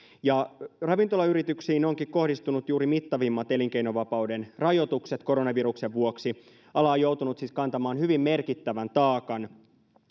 juuri ravintolayrityksiin onkin kohdistunut mittavimmat elinkeinovapauden rajoitukset koronaviruksen vuoksi ala on joutunut siis kantamaan hyvin merkittävän taakan